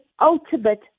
ultimate